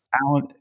Alan